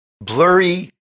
blurry